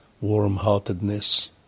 warm-heartedness